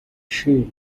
shield